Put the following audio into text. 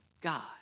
God